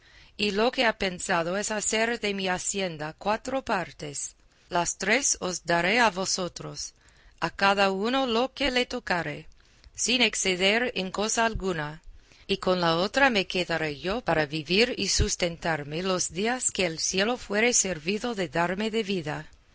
y lo que he pensado es hacer de mi hacienda cuatro partes las tres os daré a vosotros a cada uno lo que le tocare sin exceder en cosa alguna y con la otra me quedaré yo para vivir y sustentarme los días que el cielo fuere servido de darme de vida